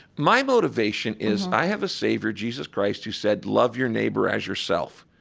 my motivation is i have a savior, jesus christ, who said, love your neighbor as yourself.